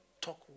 talk